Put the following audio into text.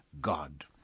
God